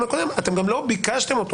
אתם גם לא ביקשתם אותו,